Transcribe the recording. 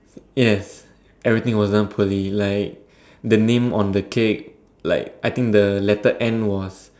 yes everything was done poorly like the name on the cake like I think the letter N was